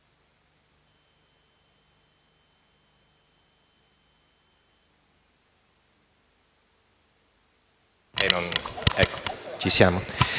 Ecco, ci siamo